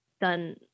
done